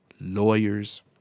lawyers